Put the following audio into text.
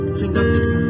fingertips